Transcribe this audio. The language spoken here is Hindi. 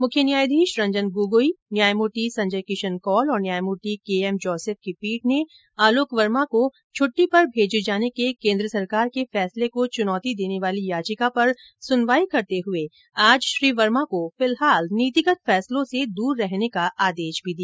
मुख्य न्यायाधीश रंजन गोगोई न्यायमूर्ति संजय किशन कौल और न्यायमूर्ति के एम जोसेफ की पीठ ने आलोक वर्मा को छट्टी पर भेजे जाने के केन्द्र सरकार के फैसले को चुनौती देने वाली याचिका पर सुनवाई करते हुए आज श्री वर्मा को फिलहाल नीतिगत फैसलों से दूर रहने का आदेश भी दिया